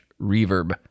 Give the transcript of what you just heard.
Reverb